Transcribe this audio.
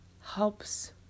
helps